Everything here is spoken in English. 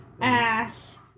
ass